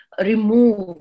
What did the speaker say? remove